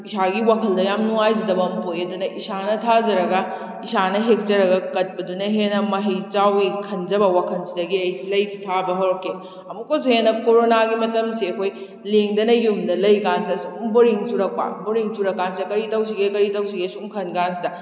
ꯏꯁꯥꯒꯤ ꯋꯥꯈꯜꯗ ꯌꯥꯝ ꯅꯨꯡꯉꯥꯏꯖꯗꯕ ꯑꯃ ꯄꯣꯛꯏ ꯑꯗꯨꯅ ꯏꯁꯥꯅ ꯊꯥꯖꯔꯒ ꯏꯁꯥꯅ ꯍꯦꯛꯆꯔꯒ ꯀꯠꯄꯗꯨꯅ ꯍꯦꯟꯅ ꯃꯍꯩ ꯆꯥꯎꯏ ꯈꯟꯖꯕ ꯋꯥꯈꯟꯁꯤꯗꯒꯤ ꯑꯩꯁꯤ ꯂꯩꯁꯤ ꯊꯥꯕ ꯍꯧꯔꯛꯈꯤ ꯑꯃꯨꯛꯀꯁꯨ ꯍꯦꯟꯅ ꯀꯣꯔꯣꯅꯥꯒꯤ ꯃꯇꯝꯁꯦ ꯑꯩꯈꯣꯏ ꯂꯦꯡꯗꯅ ꯌꯨꯝꯗ ꯂꯩꯔꯤ ꯀꯥꯟꯁꯤꯗ ꯁꯨꯝ ꯕꯣꯔꯤꯡ ꯆꯨꯔꯛꯄ ꯕꯣꯔꯤꯡ ꯆꯨꯔꯛ ꯀꯥꯟꯁꯤꯗ ꯀꯔꯤ ꯇꯧꯁꯤꯒꯦ ꯀꯔꯤ ꯇꯧꯁꯤꯒꯦ ꯁꯨꯝ ꯈꯟ ꯀꯥꯟꯁꯤꯗ